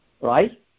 right